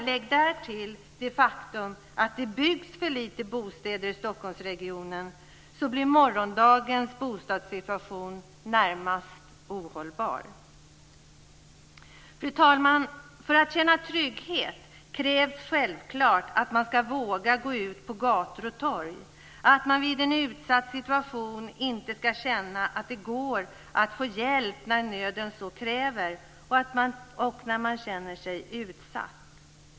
Lägg därtill det faktum att det byggs för lite bostäder i Stockholmsregionen, och morgondagens bostadssituation blir närmast ohållbar. Fru talman! För att känna trygghet krävs självklart att man ska våga gå ut på gator och torg, att man vid en utsatt situation ska känna att det går att få hjälp när nöden så kräver och när man känner sig utsatt.